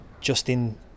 Justin